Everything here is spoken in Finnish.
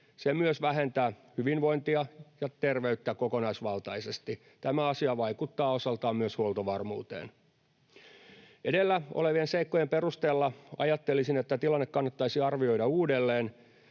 Se myös vähentää hyvinvointia ja terveyttä kokonaisvaltaisesti. Tämä asia vaikuttaa osaltaan myös huoltovarmuuteen. Edellä olevien seikkojen perusteella ajattelisin, että tilanne kannattaisi arvioida uudelleen